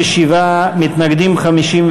ההסתייגות לחלופין (א)